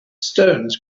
stones